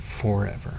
forever